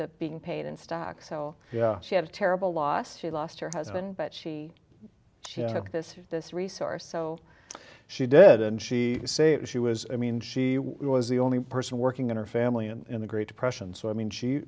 that being paid in stock so yeah she had a terrible loss she lost her husband but she took this this resource so she did and she say she was i mean she was the only person working in her family and in the great depression so i mean she